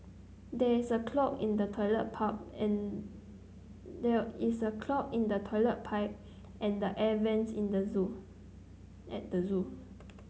there is a clog in the toilet pipe and there is a clog in the toilet pipe and the air vents in the zoo at the zoo